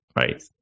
right